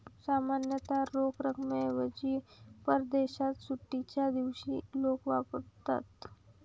सामान्यतः रोख रकमेऐवजी परदेशात सुट्टीच्या दिवशी लोक वापरतात